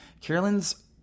Carolyn's